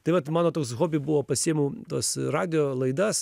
tai vat mano toks hobi buvo pasiimu tas radijo laidas